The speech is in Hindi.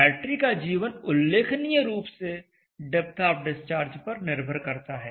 बैटरी का जीवन उल्लेखनीय रूप से डेप्थ आफ डिस्चार्ज पर निर्भर करता है